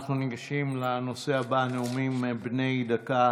אנחנו ניגשים לנושא הבא, נאומים בני דקה.